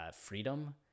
freedom